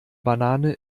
banane